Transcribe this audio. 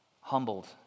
humbled